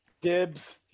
Dibs